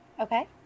Okay